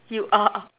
you are